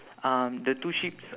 um the two sheeps